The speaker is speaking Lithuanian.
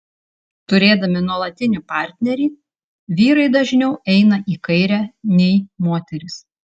turėdami nuolatinį partnerį vyrai dažniau eina į kairę nei moterys